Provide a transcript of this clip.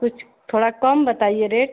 कुछ थोड़ा कम बताइए रेट